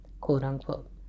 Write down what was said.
quote-unquote